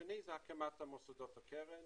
התנאי השני זה הקמת מוסדות הקרן